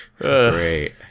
Great